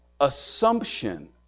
assumption